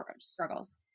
struggles